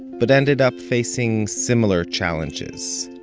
but ended up facing similar challenges.